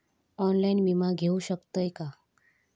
Online विमा घेऊ शकतय का?